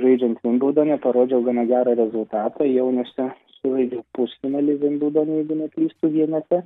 žaidžiant vilbindone parodžiau gana gerą rezultatą jaunesnio sužaidžiau pusfinalyje vinbildono jeigu neklystu vienete